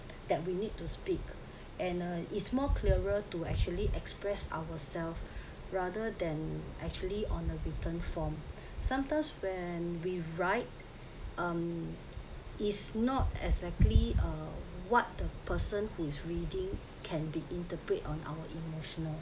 that we need to speak and uh it's more clearer to actually express ourselves rather than actually on a written form sometimes when we write um is not exactly uh what the person who's reading can be interpret on our emotional